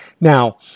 Now